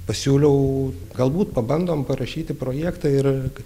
pasiūliau galbūt pabandom parašyti projektą ir kaip